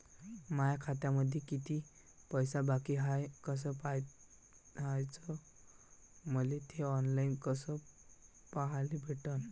माया खात्यामंधी किती पैसा बाकी हाय कस पाह्याच, मले थे ऑनलाईन कस पाह्याले भेटन?